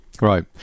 Right